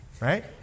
Right